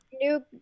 New